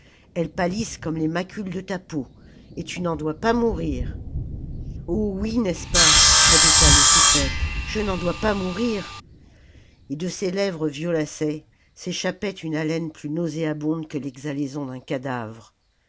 elles pâlissent comme les macules de ta peau et tu n'en dois pas mourir oh oui n'est-ce pas répéta le suffète je n'en dois pas mourir et de ses lèvres violacées s'échappait une haleine plus nauséabonde que l'exhalaison d'un cadavre